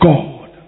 God